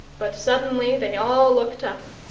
but suddenly they all looked up,